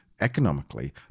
economically